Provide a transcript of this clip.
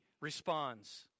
responds